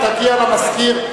תגיע למזכיר,